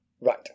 Right